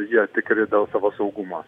jie tikri dėl savo saugumo